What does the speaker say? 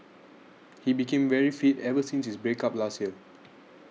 he became very fit ever since his break up last year